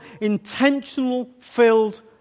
intentional-filled